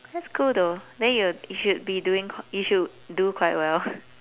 that's cool though then you you should be doing you should do quite well